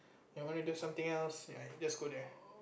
like wanna do something else ya you just go there